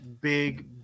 big